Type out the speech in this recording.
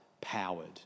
powered